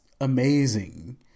amazing